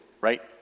right